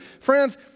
friends